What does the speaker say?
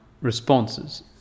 responses